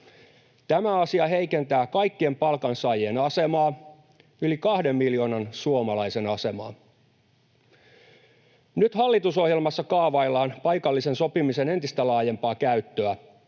Tämä asia heikentää kaikkien palkansaajien asemaa, yli kahden miljoonan suomalaisen asemaa. Nyt hallitusohjelmassa kaavaillaan paikallisen sopimisen entistä laajempaa käyttöä.